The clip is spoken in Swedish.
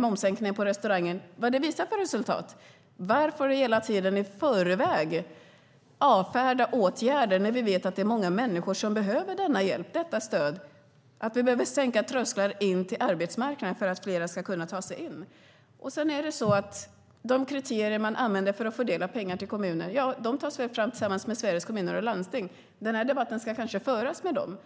momssänkningen för restauranger visar för resultat. Varför hela tiden i förväg avfärda åtgärder när vi vet att det är många människor som behöver denna hjälp och detta stöd? Vi behöver sänka trösklar in till arbetsmarknaden för att fler ska kunna ta sig in. De kriterier man använder för att fördela pengar till kommuner tas fram tillsammans med Sveriges Kommuner och Landsting. Den här debatten ska kanske föras med dem.